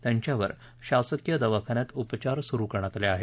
त्यांच्यावर शासकीय दवाखान्यात उपचार सुरू करण्यात आले आहेत